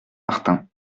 martin